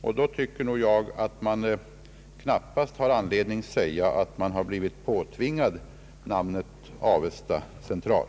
Man har därför knappast anledning säga att man har blivit påtvingad namnet Avesta central.